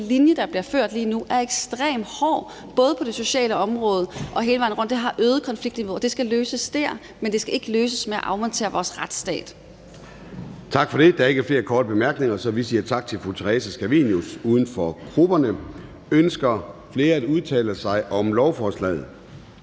linje, der bliver ført lige nu, er ekstremt hård, både på det sociale område og hele vejen rundt. Det har øget konfliktniveauet, og det skal løses der, men det skal ikke løses ved at afmontere vores retsstat. Kl. 10:44 Formanden (Søren Gade): Der er ikke flere korte bemærkninger, så vi siger tak til fru Theresa Scavenius, uden for grupperne. Ønsker flere at udtale sig om lovforslaget?